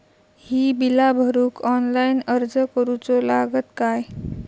ही बीला भरूक ऑनलाइन अर्ज करूचो लागत काय?